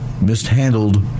mishandled